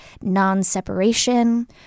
non-separation